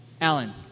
Alan